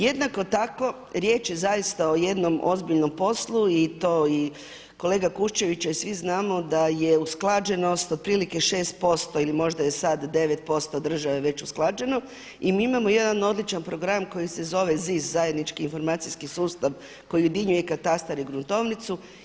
Jednako tako riječ je zaista o jednom ozbiljno poslu i to kolega Kuščević, svi znamo da je usklađenost otprilike 6% ili možda je sada 9% države već usklađeno i mi imamo jedan odličan program koji se zove ZIS Zajednički informacijski sustav koji ujedinjuje katastar i gruntovnicu.